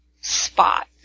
spot